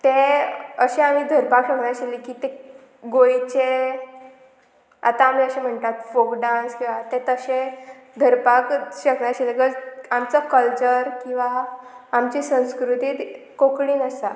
तें अशें आमी धरपाक शकनाशिल्लें की तें गोंयचे आतां आमी अशें म्हणटात फोक डांस किंवां ते तशें धरपाक शकनाशिल्ले गज आमचो कल्चर किंवां आमची संस्कृती कोंकणीन आसा